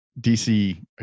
DC